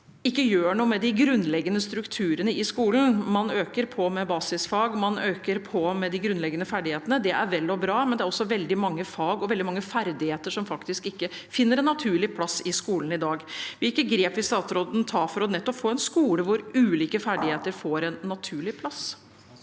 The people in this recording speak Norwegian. ikke gjør noe med de grunnleggende strukturene i skolen. Man øker på med basisfag, og man øker på med de grunnleggende ferdighetene. Det er vel og bra, men det er også veldig mange fag og veldig mange ferdigheter som faktisk ikke finner en naturlig plass i skolen i dag. Hvilke grep vil statsråden ta for nettopp å få en skole hvor ulike ferdigheter får en naturlig plass?